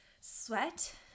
sweat